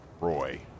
Roy